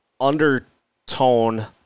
undertone